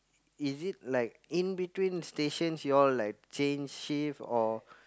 is it like in between stations y'all like change shift or